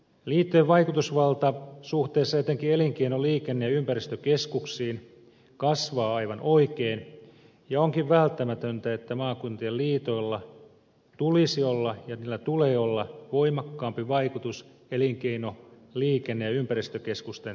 liittojen vaikutusvalta suhteessa etenkin elinkeino liikenne ja ympäristökeskuksiin kasvaa aivan oikein ja onkin välttämätöntä että maakuntien liitoilla tulisi olla ja niillä tulee olla voimakkaampi vaikutus elinkeino liikenne ja ympäristökeskusten tulossopimuksiin